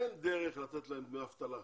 אין דרך לתת להם דמי אבטלה,